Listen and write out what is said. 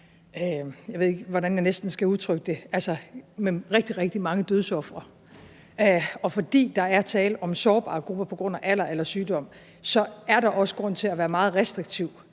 næsten ikke, hvordan jeg skal udtrykke det, rigtig, rigtig mange dødsofre, og fordi der er tale om sårbare grupper på grund af alder eller sygdom, er der også grund til at være meget restriktiv